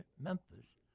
Memphis